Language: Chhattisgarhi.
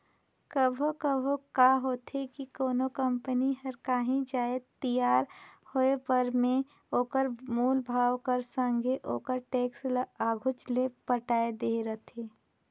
कभों कभों का होथे कि कोनो कंपनी हर कांही जाएत तियार होय पर में ओकर मूल भाव कर संघे ओकर टेक्स ल आघुच ले पटाए देहे रहथे